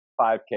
$5K